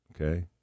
Okay